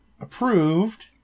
approved